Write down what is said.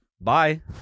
Bye